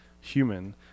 human